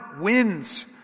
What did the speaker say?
wins